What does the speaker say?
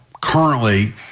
currently